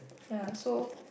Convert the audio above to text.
ya so